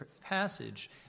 passage